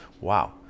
wow